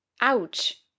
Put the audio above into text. Ouch